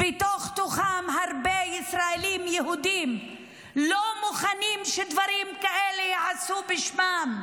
בתוך-תוכם הרבה ישראלים יהודים לא מוכנים שדברים כאלה ייעשו בשמם,